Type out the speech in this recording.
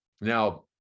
now